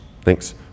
Thanks